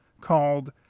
called